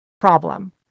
problem